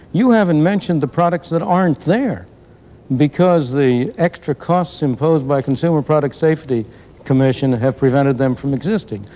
you haven't mentioned the products that aren't there because the extra costs imposed by consumer product safety commission have prevented them from existing.